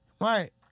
right